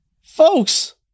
folks